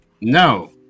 no